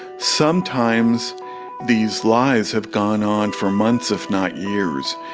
sometimes these lies have gone on for months, if not years,